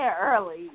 early